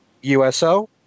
USO